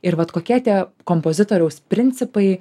ir vat kokie tie kompozitoriaus principai